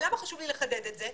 ולמה חשוב לי לחדד את זה?